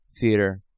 theater